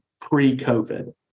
pre-COVID